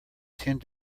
tend